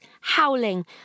howling